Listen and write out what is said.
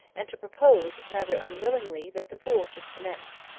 and to propose, rather unwillingly, that the pool should commence.